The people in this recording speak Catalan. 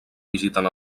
visiten